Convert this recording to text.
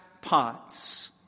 pots